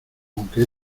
aunque